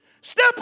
Step